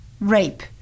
rape